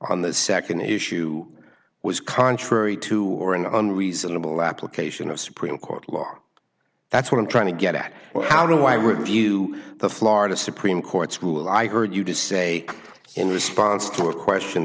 on the second issue was contrary to or an on reasonable application of supreme court law that's what i'm trying to get at how do i would view the florida supreme court school i heard you just say in response to a question